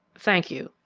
thank you,